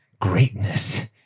greatness